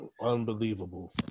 Unbelievable